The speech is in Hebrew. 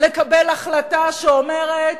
לקבל החלטה שאומרת: